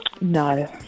No